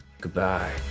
Goodbye